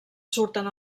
surten